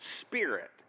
Spirit